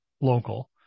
local